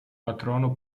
patrono